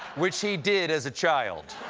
which he did as a child.